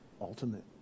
ultimate